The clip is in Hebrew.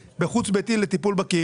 40 מיליון שהיו צריכים להיגזר על משרד